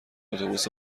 اتوبوس